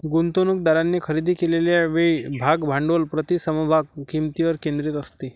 गुंतवणूकदारांनी खरेदी केलेल्या वेळी भाग भांडवल प्रति समभाग किंमतीवर केंद्रित असते